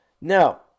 Now